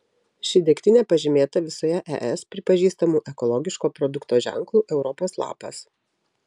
ši degtinė pažymėta visoje es pripažįstamu ekologiško produkto ženklu europos lapas